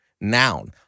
noun